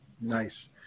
nice